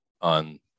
on